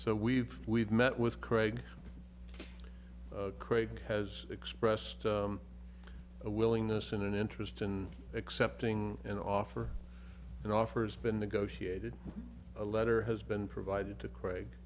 so we've we've met with craig craig has expressed a willingness in an interest in accepting an offer and offers been negotiated a letter has been provided to craig